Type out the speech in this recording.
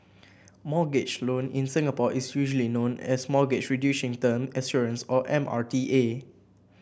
mortgage loan in Singapore is usually known as Mortgage Reducing Term Assurance or M R T A